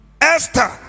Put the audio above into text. Esther